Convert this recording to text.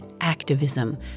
activism